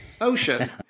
ocean